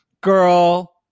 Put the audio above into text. Girl